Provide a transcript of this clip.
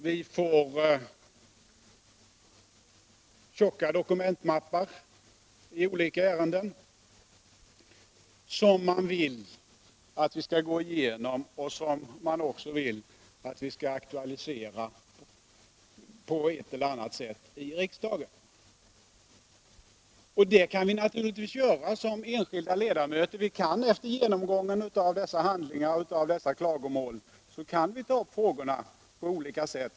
Vi får tjocka dokumentmappar i olika ärenden som man vill att vi skall gå igenom och aktualisera i riksdagen på ett eller annat sätt. Det kan vi naturligtvis göra som enskilda ledamöter. Vi kan efter genomgång av dessa handlingar och klagomål ta upp frågorna på olika sätt.